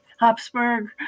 Habsburg